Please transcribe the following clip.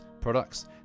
products